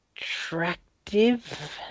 attractive